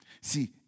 See